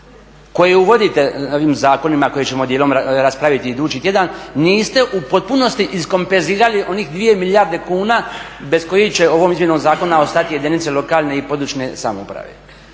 koje uvodite ovim zakonima koje ćemo dijelom raspraviti idući tjedan, niste u potpunosti iskompenzirali onih 2 milijarde kuna bez kojih će ovom izmjenom zakona ostati jedinice lokalne i područne samouprave?